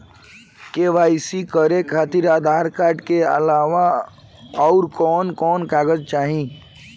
KYC करे खातिर Aadhaar card के अलावा आउरकवन कवन कागज चाहीं?